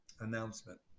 announcement